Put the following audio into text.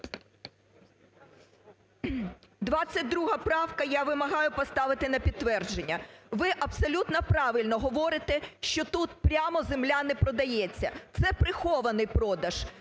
22 правка, я вимагаю поставити на підтвердження. Ви абсолютно правильно говорите, що тут прямо земля не продається. Це прихований продаж,